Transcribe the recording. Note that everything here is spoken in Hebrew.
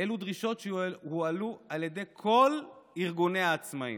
אלו דרישות שהועלו על ידי כל ארגוני העצמאים.